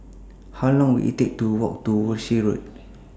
How Long Will IT Take to Walk to Walshe Road